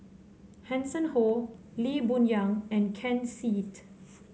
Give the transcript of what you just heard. Hanson Ho Lee Boon Yang and Ken Seet